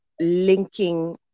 linking